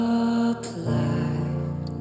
applied